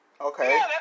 Okay